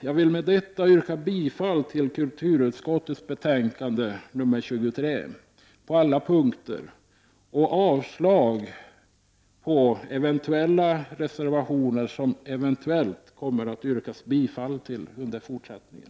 Jag vill med detta yrka bifall till hemställan i kulturutskottets betänkande 1989/90:KrU23 på alla punkter och avslag på de reservationer som har fogats till betänkandet.